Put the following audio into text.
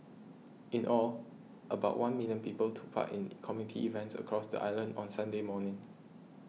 in all about one million people took part in community events across the island on Sunday morning